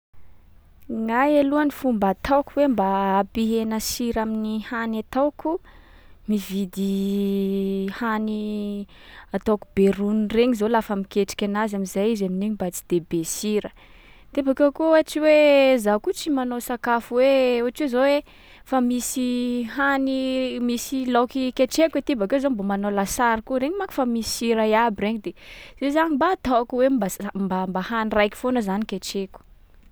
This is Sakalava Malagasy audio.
Gnahy aloha ny fomba ataoko hoe mba hampihena sira amin’ny hany ataoko, mividy hany ataoko be roniny regny zao lafa miketriky anazy am’zay izy amin’iny mba tsy de be sira. De bakeo koa tsy hoe za koa tsy manao sakafo hoe ohatry zao hoe fa misy hany- misy laoky ketrehiko aty bakeo zaho mbô manao lasary koa, regny manko fa misy sira iaby regny de zay zany mba ataoko, hoe mba s- ra- mba- mba hany raiky foana zany ketrehiko.